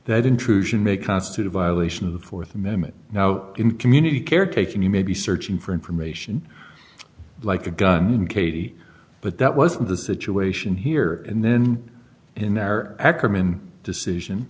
that intrusion may constitute a violation of the th amendment now in community care taking you may be searching for information like a gun katie but that wasn't the situation here and then in our ackerman decision